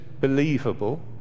believable